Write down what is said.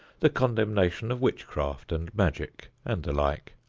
the condemnation of witchcraft and magic, and the like.